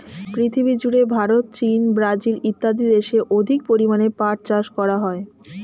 পৃথিবীজুড়ে ভারত, চীন, ব্রাজিল ইত্যাদি দেশে অধিক পরিমাণে পাট চাষ করা হয়